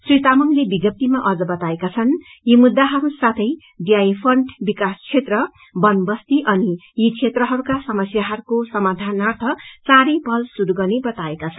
श्री तामाङले विज्ञप्तीमा अझ बताएका छन् यी मुद्दाहरू साथै डीआई फण्ड विकास क्षेत्र बनबस्ती अनि यी क्षेत्रहरूका समस्याहरूको समाधार्नाथ चाँडै पहल शुरू गर्ने बताएका छन्